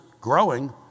growing